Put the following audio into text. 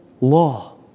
law